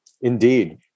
Indeed